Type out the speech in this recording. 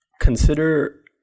consider